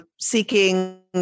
seeking